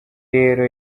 rero